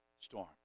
storm